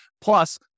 Plus